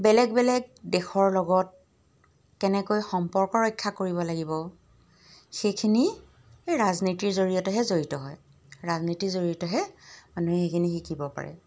বেলেগ বেলেগ দেশৰ লগত কেনেকৈ সম্পৰ্ক ৰক্ষা কৰিব লাগিব সেইখিনি ৰাজনীতিৰ জৰিয়তেহে জড়িত হয় ৰাজনীতিৰ জৰিয়তেহে মানুহে সেইখিনি শিকিব পাৰে